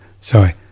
Sorry